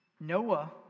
Noah